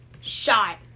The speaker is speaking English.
shot